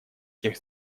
тех